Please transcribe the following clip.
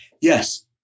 yes